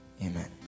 amen